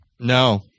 No